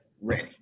ready